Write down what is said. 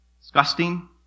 Disgusting